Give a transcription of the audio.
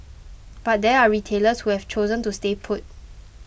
but there are retailers who have chosen to stay put